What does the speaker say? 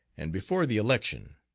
and before the election.